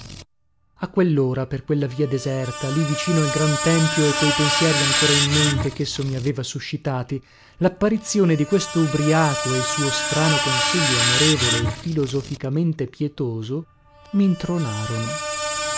a quellora per quella via deserta lì vicino al gran tempio e coi pensieri ancora in mente chesso mi aveva suscitati lapparizione di questo ubriaco e il suo strano consiglio amorevole e filosoficamente pietoso mintronarono